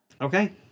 okay